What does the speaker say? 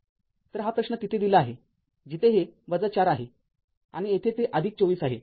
तरहा प्रश्न तिथे दिला आहे जिथे हे ४ आहे आणि येथे ते २४ आहे